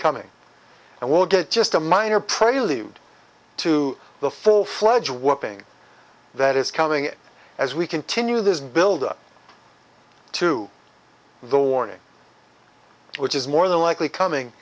coming and will get just a minor prelude to the full fledged warping that is coming as we continue this buildup to the warning which is more than likely coming